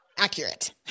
accurate